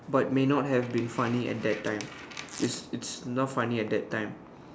but may not have been funny at that time it's it's not funny at that time